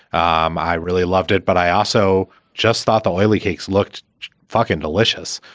um i really loved it, but i also just thought the oily cakes looked fucking delicious.